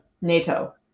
NATO